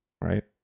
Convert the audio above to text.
right